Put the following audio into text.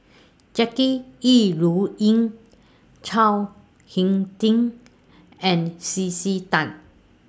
Jackie Yi Ru Ying Chao Hick Tin and C C Tan